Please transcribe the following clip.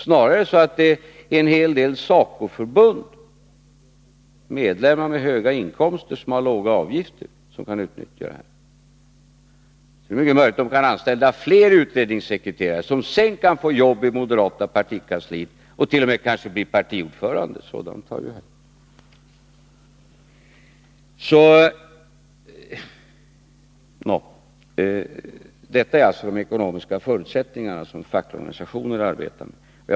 Snarare är det en hel del SACO-förbund, som har medlemmar med höga inkomster och låga avgifter, som kan utnyttja detta. Det är mycket möjligt att de kan anställa fler utredningssekreterare, som sedan kan få jobb i det moderata partikansliet och t.o.m. kanske bli partiordförande — sådant har ju hänt. Detta är alltså de ekonomiska förutsättningar som de fackliga organisationerna arbetar under.